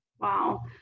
Wow